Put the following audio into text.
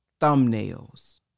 thumbnails